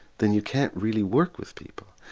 then you can't really work with people.